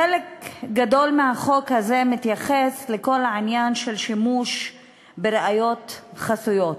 חלק גדול מהחוק הזה מתייחס לכל העניין של שימוש בראיות חסויות,